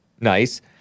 Nice